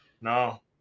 no